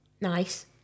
Nice